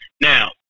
Now